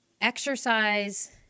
exercise